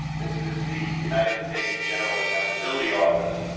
this is the united states general accountability office.